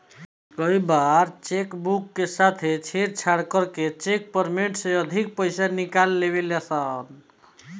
कई बार cheque book के साथे छेड़छाड़ करके चेक पेमेंट से अधिका पईसा निकाल लेवे ला सन